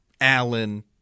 Allen